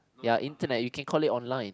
ya internet you can call it online